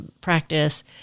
practice